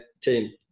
team